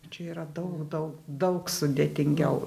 čia yra daug daug daug sudėtingiau